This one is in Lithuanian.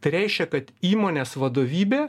tai reiškia kad įmonės vadovybė